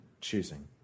choosing